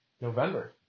November